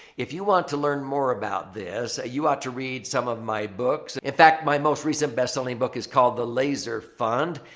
if you want to learn more about this, you ought to read some of my books. in fact, my most recent best-selling book is called the laser fund.